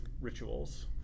rituals